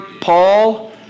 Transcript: Paul